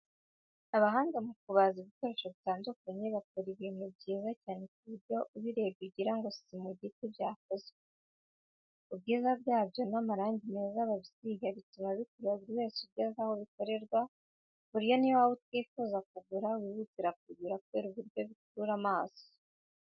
Abahanga mu kubaza ibikoresho bitandukanye, bakora ibintu byiza cyane ku buryo ubirebye ugira ngo si mu giti byakozwe. Ubwiza bwabyo n’amarangi meza babisiga bituma bikurura buri wese ugeze aho bikorerwa, ku buryo n’iyo waba utifuza kugura, wihutira kubigura kubera uburyo bikurura amaso.